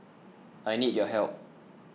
I need your help